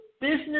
business